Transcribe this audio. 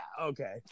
Okay